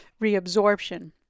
reabsorption